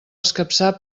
escapçar